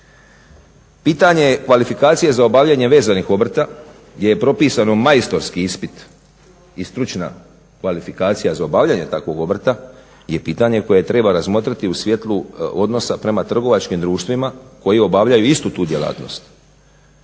Pitanje kvalifikacije za obavljanje vezanih obrta gdje je propisano majstorski ispit i stručna kvalifikacija za obavljanje takvog obrta je pitanje koje treba razmotriti u svjetlu odnosa prema trgovačkim društvima koja obavljaju istu tu djelatnost.